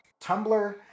Tumblr